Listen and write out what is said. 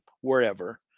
wherever